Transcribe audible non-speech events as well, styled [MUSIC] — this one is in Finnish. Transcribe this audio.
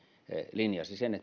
linjasi sen [UNINTELLIGIBLE]